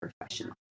professional